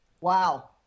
wow